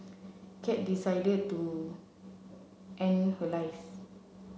cat decided to end her life